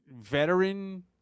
veteran